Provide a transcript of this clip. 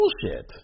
bullshit